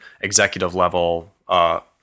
executive-level